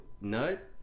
nut